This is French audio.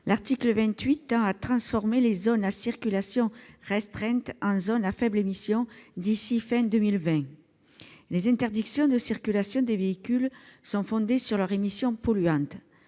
L'article 28 tend à transformer les zones à circulation restreinte en zones à faibles émissions d'ici à la fin de l'année 2020. Les interdictions de circulation des véhicules sont fondées sur leurs émissions polluantes.